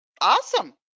awesome